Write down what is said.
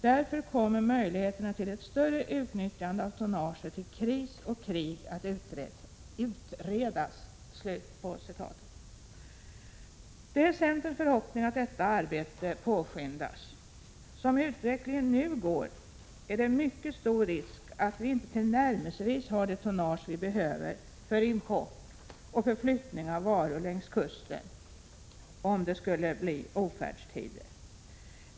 Därför kommer möjligheterna till ett större utnyttjande av tonnaget i kris och krig att utredas.” Det är centerns förhoppning att detta arbete påskyndas. Som utvecklingen nu går är det mycket stor risk att vi inte tillnärmelsevis har det tonnage vi behöver för import och flyttning av varor längs kusten om det skulle bli ofärdstider.